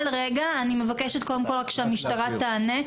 אני מבקשת קודם כל שהמשטרה תענה,